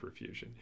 perfusion